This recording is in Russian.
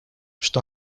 что